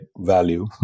value